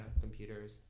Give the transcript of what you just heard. Computers